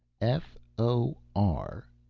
f o r.